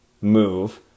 move